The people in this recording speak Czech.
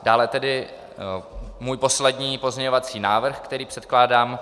Dále můj poslední pozměňovací návrh, který předkládám.